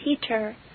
Peter